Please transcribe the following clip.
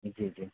जी जी